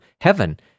heaven